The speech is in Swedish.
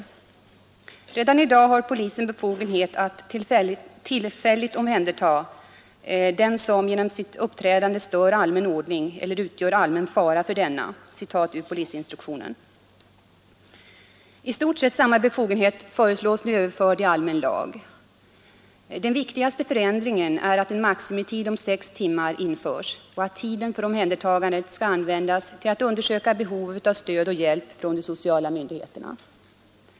Polisen har redan i dag befogenhet att tillfälligt omhänderta ”den som genom sitt uppträdande stör allmän ordning eller utgör allmän fara för denna” — citatet är hämtat ur polisinstruktionen. I stort sett samma befogenhet föreslås nu överförd i allmän lag. Den viktigaste förändringen är att en maximitid om sex timmar införs och att tiden för omhändertagandet skall användas till att undersöka behovet av stöd och hjälp från de sociala myndigheterna.